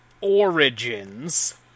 Origins